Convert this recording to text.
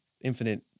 infinite